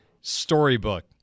storybook